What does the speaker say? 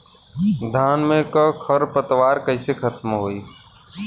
धान में क खर पतवार कईसे खत्म होई?